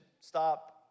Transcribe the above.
stop